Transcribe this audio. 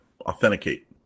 authenticate